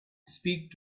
speak